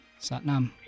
Satnam